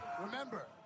Remember